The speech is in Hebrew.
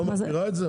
את לא מכירה את זה?